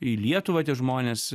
į lietuvą tie žmonės